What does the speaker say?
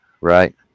right